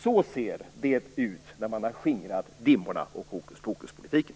Så ser det ut när man har skingrat dimmorna kring hokus-pokuspolitiken.